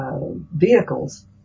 vehicles